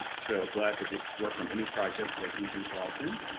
so glad to work on any project that he's involved in.